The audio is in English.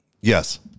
Yes